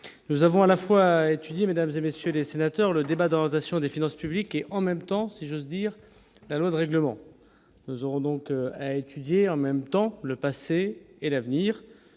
nous avons à la fois étudier mesdames et messieurs les sénateurs, le débat dans Action des finances. Public et en même temps, si j'ose dire, la loi de règlement, nous aurons donc à étudier en même temps, le passé et l'avenir,